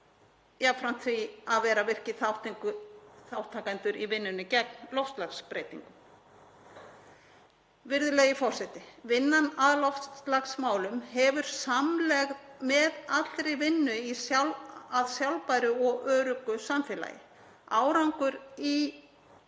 jafnframt því að vera virkir þátttakendur í vinnunni gegn loftslagsbreytingum. Virðulegi forseti. Vinnan að loftslagsmálum hefur samlegð með allri vinnu að sjálfbæru og öruggu samfélagi. Árangur í